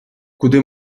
куди